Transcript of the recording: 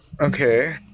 Okay